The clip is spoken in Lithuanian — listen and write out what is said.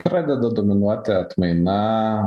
pradeda dominuoti atmaina